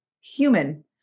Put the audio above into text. human